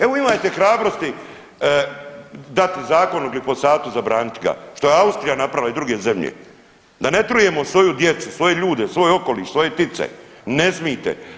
Evo imajte hrabrosti dati Zakon o glifosatu, zabranit ga, što je Austrija napravila i druge zemlje, da ne trujemo svoju djecu, svoje ljude, svoj okoliš, svoje ptice, ne smite.